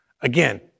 Again